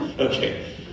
Okay